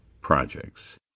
projects